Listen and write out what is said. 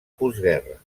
postguerra